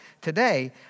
today